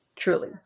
truly